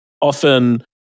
often